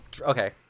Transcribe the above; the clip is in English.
okay